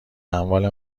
اموال